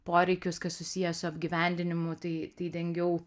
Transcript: poreikius kas susiję su apgyvendinimu tai tai dengiau